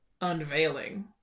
unveiling